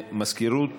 התבלבלנו.